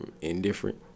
indifferent